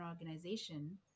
organization